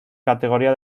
categoría